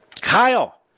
Kyle